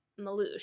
Malouche